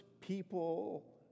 people